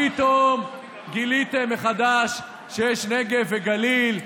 פתאום גיליתם מחדש שיש נגב וגליל,